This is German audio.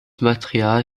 material